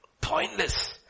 Pointless